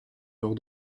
leurs